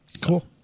Cool